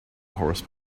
horse